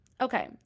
Okay